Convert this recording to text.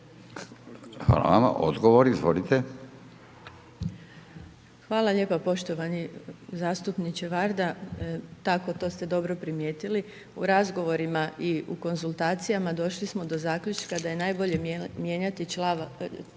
Vuksanović, Irena (HDZ)** Hvala lijepa. Poštovani zastupniče Varda, tako, to ste dobro primijetili, u razgovorima i u konzultacijama došli smo do zaključka da je najbolje mijenjati u